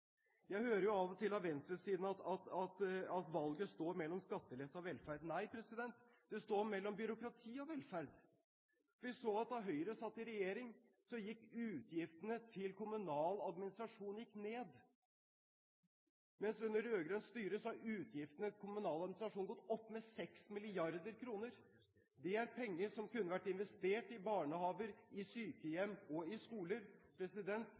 Jeg hører jo av og til venstresiden si at valget står mellom skattelette og velferd. Nei, det står mellom byråkrati og velferd. Vi så at da Høyre satt i regjering, gikk utgiftene til kommunal administrasjon ned. Under rød-grønt styre har utgiftene til kommunal administrasjon gått opp med 6 mrd. kr. Det er penger som kunne vært investert i barnehager, i sykehjem og i skoler.